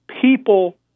people